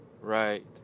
right